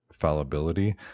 fallibility